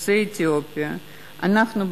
אנחנו,